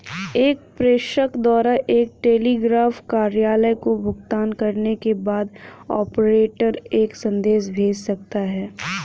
एक प्रेषक द्वारा एक टेलीग्राफ कार्यालय को भुगतान करने के बाद, ऑपरेटर एक संदेश भेज सकता है